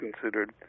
considered